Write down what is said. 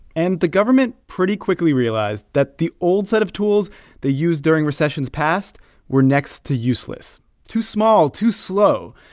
and the government pretty quickly realized that the old set of tools they used during recessions past were next to useless too small, too slow.